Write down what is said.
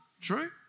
True